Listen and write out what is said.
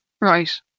right